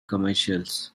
commercials